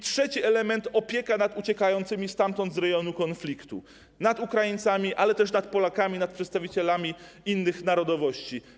Trzeci element to opieka nad uciekającymi z rejonu konfliktu, nad Ukraińcami, ale też nad Polakami oraz nad przedstawicielami innych narodowości.